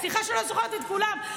סליחה שאני לא זוכרת את כולם,